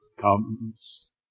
comes